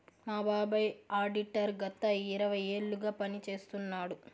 మా బాబాయ్ ఆడిటర్ గత ఇరవై ఏళ్లుగా పని చేస్తున్నాడు